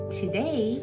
today